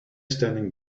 standing